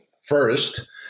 First